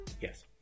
Yes